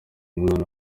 umwana